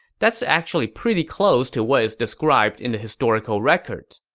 that's actually pretty close to what is described in the historical records.